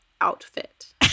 outfit